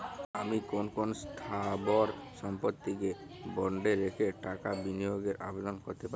আমি কোন কোন স্থাবর সম্পত্তিকে বন্ডে রেখে টাকা বিনিয়োগের আবেদন করতে পারি?